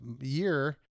year